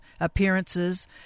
appearances